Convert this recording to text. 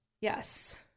Yes